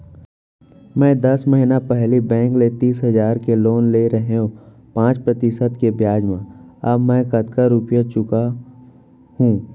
मैं दस महिना पहिली बैंक ले तीस हजार के लोन ले रहेंव पाँच प्रतिशत के ब्याज म अब मैं कतका रुपिया चुका हूँ?